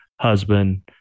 husband